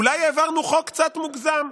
אולי העברנו חוק קצת מוגזם,